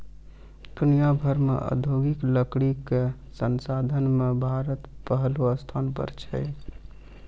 दुनिया भर मॅ औद्योगिक लकड़ी कॅ संसाधन मॅ भारत पहलो स्थान पर छै